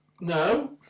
No